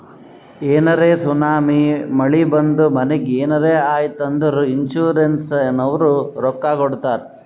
ಏನರೇ ಸುನಾಮಿ, ಮಳಿ ಬಂದು ಮನಿಗ್ ಏನರೇ ಆಯ್ತ್ ಅಂದುರ್ ಇನ್ಸೂರೆನ್ಸನವ್ರು ರೊಕ್ಕಾ ಕೊಡ್ತಾರ್